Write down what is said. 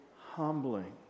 humbling